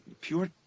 pure